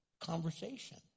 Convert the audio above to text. conversation